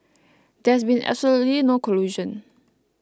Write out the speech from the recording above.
there's been absolutely no collusion